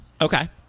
Okay